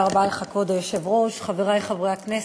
כבוד היושב-ראש, תודה רבה לך, חברי חברי הכנסת,